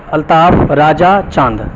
الطاف راجا چاند